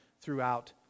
throughout